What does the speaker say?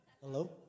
Hello